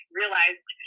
realized